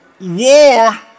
War